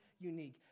unique